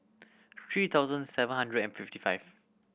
three thousand seven hundred and fifty five